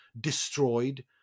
destroyed